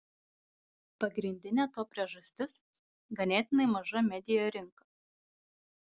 pagrindinė to priežastis ganėtinai maža media rinka